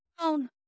down